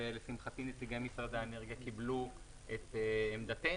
ולשמחתי נציגי משרד האנרגיה קיבלו את עמדתנו.